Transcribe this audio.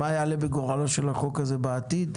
מה יעלה בגורל הצעת החוק הזאת בעתיד?